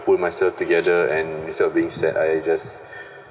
pull myself together and instead of being sad I just